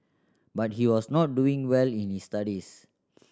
but he was not doing well in his studies